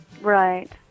Right